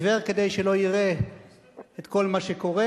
עיוור כדי שלא יראה את כל מה שקורה,